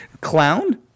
Clown